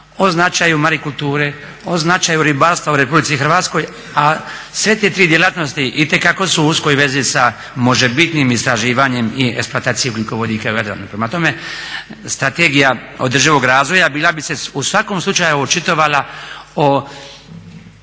o značaju marikulture, o značaju ribarstva u RH, a sve te tri djelatnosti itekako su u uskoj vezi sa možebitnim istraživanjem i eksploatacije ugljikovodika u Jadranu. Prema tome, Strategija održivog razvoja bila bi se u svakom slučaju očitovala o